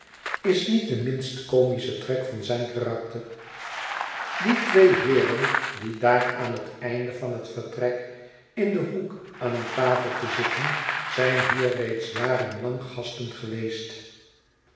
is niet de minst comische trek van zijn karakter die twee heeren die daar aan het einde van het vertrek in den hoek aan een tafeltje zitten zijn hier reeds jaren lang gasten geschetsen